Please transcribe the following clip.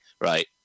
right